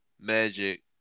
Magic